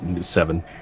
seven